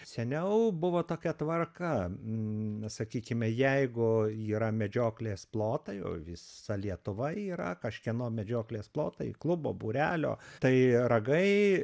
seniau buvo tokia tvarka na sakykime jeigu yra medžioklės plotai o visa lietuva yra kažkieno medžioklės plotai klubo būrelio tai ragai